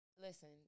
listen